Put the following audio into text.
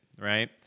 right